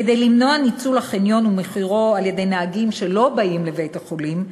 כדי למנוע ניצול החניון ומחירו על-ידי נהגים שלא באים לבית-החולים,